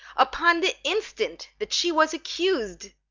upon the instant that she was accus'd,